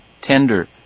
tender